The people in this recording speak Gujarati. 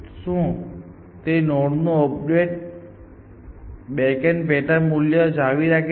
શું તે નોડનું અપડેટેડ બેકએન્ડ પેટા મૂલ્ય જાળવી રાખે છે